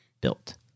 built